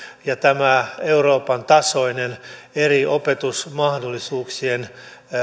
ja tämä euroopan tasoinen eri opetusmahdollisuuksien